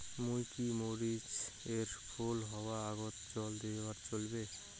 মুই কি মরিচ এর ফুল হাওয়ার আগত জল দিলে চলবে?